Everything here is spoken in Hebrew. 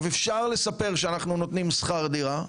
אפשר לספר שאנחנו נותנים שכר דירה,